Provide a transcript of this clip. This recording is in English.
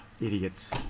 idiots